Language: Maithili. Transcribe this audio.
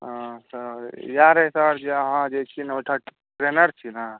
आ तऽ इएह रहितऽ जे अहाँ जे छी ओहिठाम ट्रेनर छी न